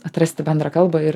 atrasti bendrą kalbą ir